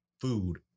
food